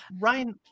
Ryan